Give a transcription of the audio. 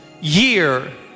year